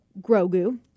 Grogu